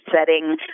setting